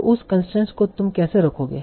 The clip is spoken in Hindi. तो उस कंसट्रेन्स को तुम कैसे रखोगे